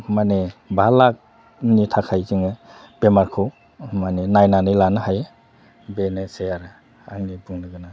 माने बा लाखनि थाखाय जोङो बेमारखौ माने नायनानै लानो हायो बेनोसै आरो आंनि बुंनो गोनाङा